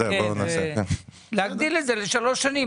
כן, להגדיל את זה לשלוש שנים.